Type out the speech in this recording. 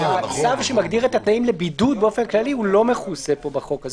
הצו שמגדיר את התנאים לבידוד באופן כללי הוא לא מכוסה פה בחוק הזה.